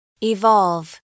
evolve